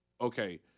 okay